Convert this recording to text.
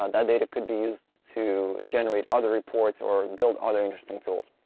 ah that data could be used to generate other reports or build other interesting tools,